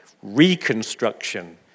Reconstruction